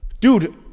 Dude